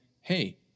hey